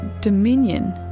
dominion